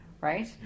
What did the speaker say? right